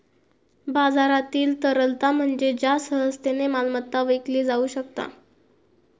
बाजारातील तरलता म्हणजे ज्या सहजतेन मालमत्ता विकली जाउ शकता